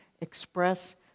express